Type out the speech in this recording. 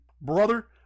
Brother